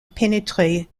pénétrer